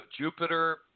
Jupiter